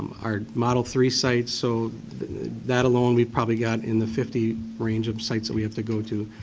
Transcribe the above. our model three sites. so that alone, we probably got in the fifty range of sites that we have to go to.